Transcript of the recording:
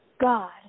God